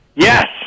Yes